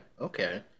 okay